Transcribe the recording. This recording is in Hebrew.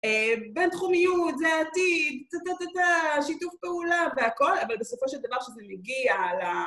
בין תחומיות, זה עתיד, את השיתוף פעולה והכל, אבל בסופו של דבר שזה מגיע ל...